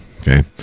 Okay